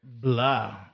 blah